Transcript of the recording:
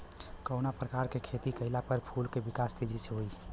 कवना प्रकार से खेती कइला पर फूल के विकास तेजी से होयी?